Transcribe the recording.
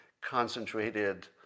concentrated